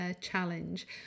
challenge